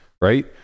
right